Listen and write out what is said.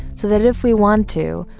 so that if we want to,